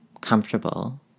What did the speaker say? comfortable